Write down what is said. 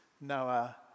Noah